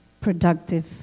productive